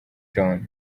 john